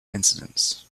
incidents